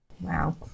Wow